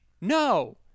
No